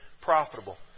profitable